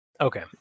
Okay